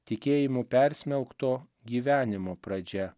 tikėjimu persmelkto gyvenimo pradžia